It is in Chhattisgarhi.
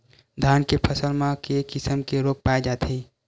धान के फसल म के किसम के रोग पाय जाथे?